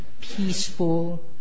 peaceful